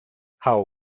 how